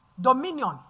dominion